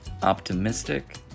optimistic